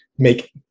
make